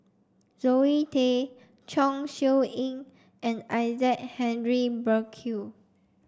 Zoe Tay Chong Siew Ying and Isaac Henry Burkill